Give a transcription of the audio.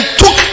took